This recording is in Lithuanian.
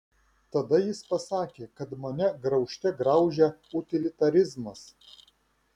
tada jis pasakė kad mane graužte graužia utilitarizmas